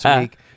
week